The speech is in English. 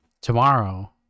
tomorrow